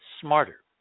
smarter